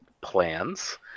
plans